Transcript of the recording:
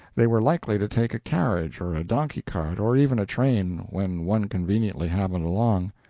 they were likely to take a carriage or a donkey-cart, or even a train, when one conveniently happened along.